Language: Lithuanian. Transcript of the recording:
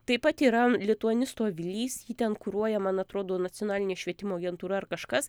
taip pat yra lituanistų avilys jį ten kuruoja man atrodo nacionalinė švietimo agentūra ar kažkas